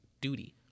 duty